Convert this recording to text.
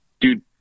dude